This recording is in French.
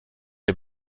est